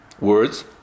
words